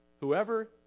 Whoever